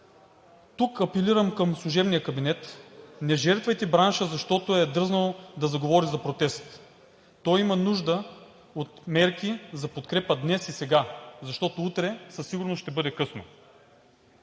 Тук апелирам към служебния кабинет: не жертвайте бранша, защото е дръзнал да заговори за протест. Той има нужда от мерки за подкрепа днес и сега, защото утре със сигурност ще бъде късно.